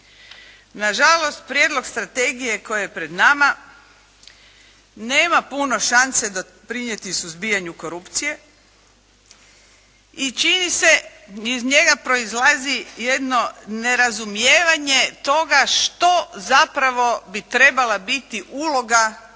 Nažalost Prijedlog strategije koja je pred nama nema puno šanse doprinijeti suzbijanju korupcije. I čini se, iz njega proizlazi jedno nerazumijevanje toga što zapravo bi tre bala biti uloga